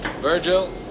Virgil